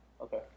Okay